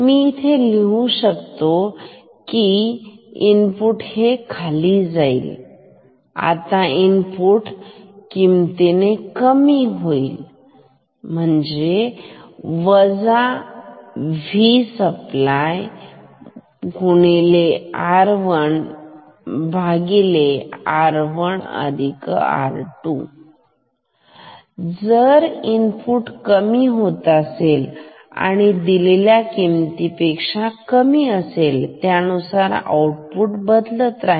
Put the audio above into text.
मी इथे लिहू शकतो कि इनपुट खाली जाईल आता इनपुट किमतीने कमी होईल म्हणजे Vsupply R1R1R2 जर इनपुट कमी होत असेल आणि दिलेल्या किमतीपेक्षा कमी होईल त्यानुसार आउटपुट बदलत राहील